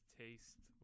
taste